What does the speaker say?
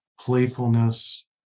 playfulness